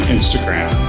Instagram